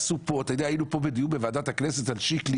אתה יודע, היינו בדיון בוועדת הכנסת על שיקלי